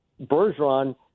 Bergeron